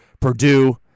Purdue